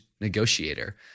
negotiator